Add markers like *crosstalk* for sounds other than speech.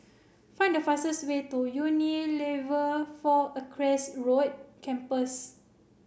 find the fastest way to Unilever Four Acres *unintelligible* Campus